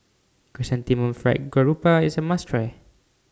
Chrysanthemum Fried Garoupa IS A must Try